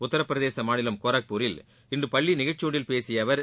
உத்தரப் பிரதேச மாநிலம் கோரக்பூரில் இன்று பள்ளி நிகழ்ச்சியொன்றில் பேசிய அவர்